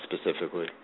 specifically